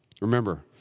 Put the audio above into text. remember